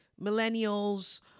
Millennials